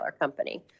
company